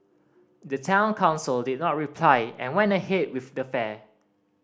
the Town Council did not reply and went ahead with the fair